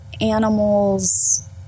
animals